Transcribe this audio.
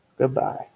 Goodbye